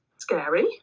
scary